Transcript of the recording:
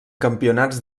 campionats